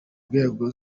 nzego